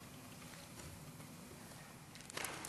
גברתי היושבת-ראש,